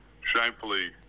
Shamefully